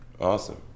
awesome